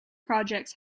projects